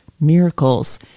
miracles